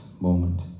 moment